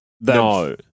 No